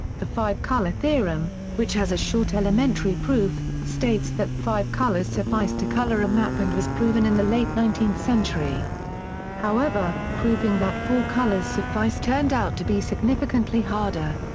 the five color theorem, which has a short elementary proof, states that five colors suffice to color a map and was proven in the late nineteenth century however, proving that four colors suffice turned out to be significantly harder.